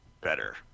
better